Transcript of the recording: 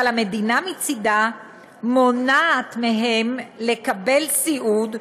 אבל המדינה מצדה מונעת מהם לקבל סיעוד,